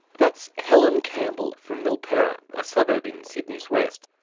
that's helen campbell from milperra, a suburb in sydney's west.